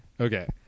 Okay